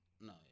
No